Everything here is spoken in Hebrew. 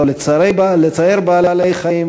לא לצער בעלי-חיים.